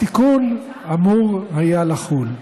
התיקון אמור היה לחול.